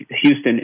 Houston